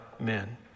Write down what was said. men